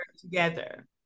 together